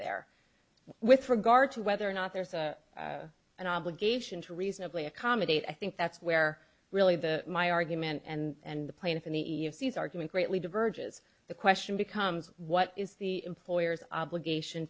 there with regard to whether or not there's an obligation to reasonably accommodate i think that's where really the my argument and the plaintiff in the suit argument greatly diverge is the question becomes what is the employer's obligation